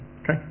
Okay